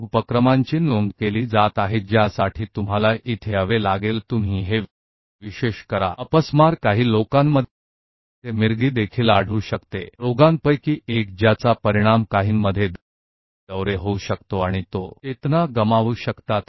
तो इन गतिविधियों को दर्ज किया जा रहा है जिसके लिएआपको यहां तक आना है आप इसे विशेष रूप से एपिलेप्सी में भी पा सकते हैं तो मिर्गी कुछ लोगों की बीमारी में से एक है जो कुछ दौरे में हो सकती है और वह या तो चेतना या चेतना ही हो सकता है